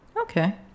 Okay